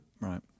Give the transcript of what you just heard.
Right